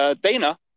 Dana